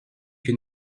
que